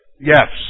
Yes